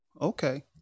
okay